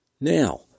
Now